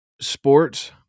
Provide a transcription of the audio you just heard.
sports